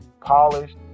polished